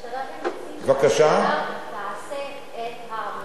הם רוצים שהמשטרה תעשה את העבודה שלה.